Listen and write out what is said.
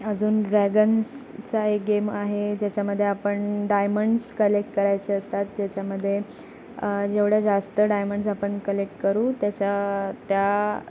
अजून ड्रॅगन्सचा एक गेम आहे ज्याच्यामध्ये आपण डायमंड्स कलेक्ट करायचे असतात ज्याच्यामध्ये जेवढ्या जास्त डायमंड्स आपण कलेक्ट करू त्याच्या त्या